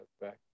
back